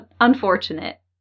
Unfortunate